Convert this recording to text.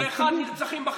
אז תגיד,